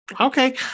Okay